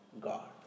God